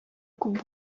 күп